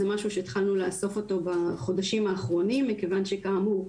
זה פשוט משהו שהתחלנו לאסוף אותו בחודשים האחרונים מכיוון שכאמור,